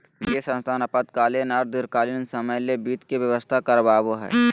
वित्तीय संस्थान अल्पकालीन आर दीर्घकालिन समय ले वित्त के व्यवस्था करवाबो हय